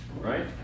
Right